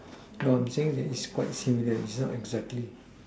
no I'm saying it's quite similar it's not exactly